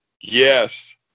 Yes